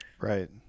right